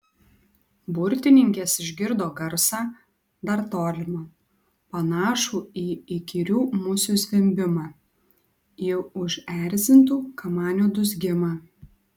burtininkės išgirdo garsą dar tolimą panašų į įkyrių musių zvimbimą į užerzintų kamanių dūzgimą